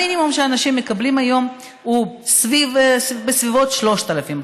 המינימום שאנשים מקבלים היום הוא בסביבות 3,000,